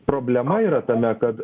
problema yra tame kad